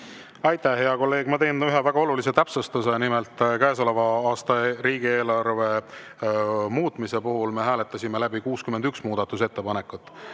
Aitäh, hea kolleeg! Ma teen ühe väga olulise täpsustuse. Nimelt, käesoleva aasta riigieelarve muutmise puhul me hääletasime läbi 61 muudatusettepanekut.